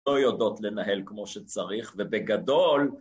לא יודעות לנהל כמו שצריך, ובגדול